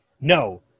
no